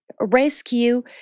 rescue